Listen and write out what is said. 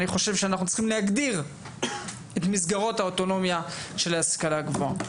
אני חושב שאנחנו צריכים להגדיר את מסגרות האוטונומיה של ההשכלה גבוהה.